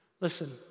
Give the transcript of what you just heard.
Listen